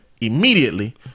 immediately